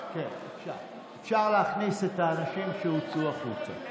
אפשר להכניס את האנשים שהוצאו החוצה.